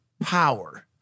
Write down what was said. Power